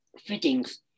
fittings